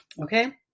okay